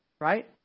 right